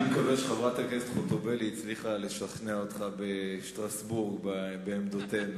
אני מקווה שחברת הכנסת חוטובלי הצליחה לשכנע אותך בשטרסבורג בעמדותינו,